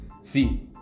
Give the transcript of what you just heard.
See